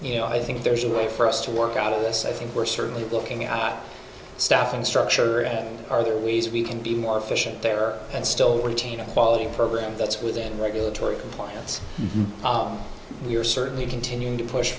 you know i think there's a way for us to work out of this i think we're certainly looking at staff and structure and are there ways we can be more efficient there and still retain a quality program that's within the regulatory compliance we're certainly continuing to push